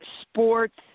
sports